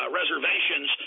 reservations